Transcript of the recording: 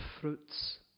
fruits